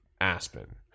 Aspen